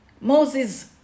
Moses